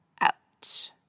out